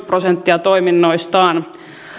prosenttia toiminnoistaan